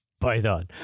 Python